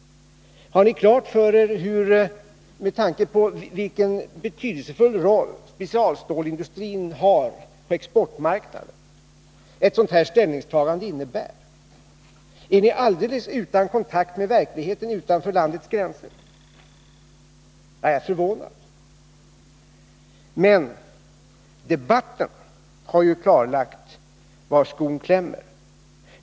Har ni klart för er vad ett sådant här ställningstagande innebär med tanke på den betydelsefulla roll som specialstålsindustrin spelar på exportmarknaden? Är ni alldeles utan kontakt med verkligheten utanför landets gränser? Ja, jag är förvånad. Men debatten har ju klarlagt var skon klämmer.